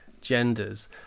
genders